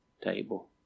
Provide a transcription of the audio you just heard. table